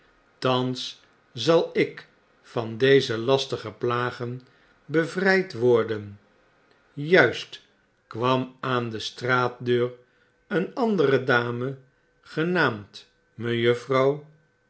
thans zal ik van deze lastige plagen bevrgd worden juist kwam aan de straatdeur een andere dame genaamd